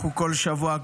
אנחנו כל שבוע,